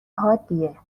حادیه